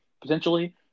potentially